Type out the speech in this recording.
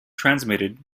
transmitted